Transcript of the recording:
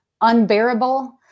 unbearable